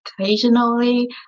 occasionally